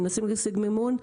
מנסים להשיג מימון,